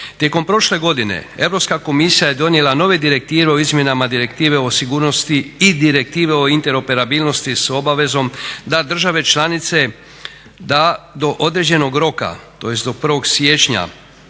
Tijekom prošle godine Europska komisija je donijela nove direktive o izmjenama Direktive o sigurnosti i Direktive o interoperabilnosti s obavezom da države članice da do određenog roka, tj. do 1. siječnja